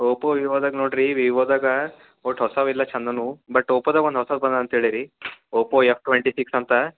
Oppo ವಿವೊದಾಗ ನೋಡ್ರಿ ವಿವೊದಾಗ ಒಟ್ಟು ಹೊಸವ ಇಲ್ಲ ಚಂದನ್ನು ಬಟ್ ಒಪೊದಾಗ ಒಂದು ಹೊಸ ಫೋನ ಅಂತ್ಹೇಳಿ ರೀ ಒಪ್ಪೋ ಎಫ್ ಟ್ವೆಂಟಿ ಸಿಕ್ಸ್ ಅಂತ